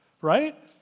Right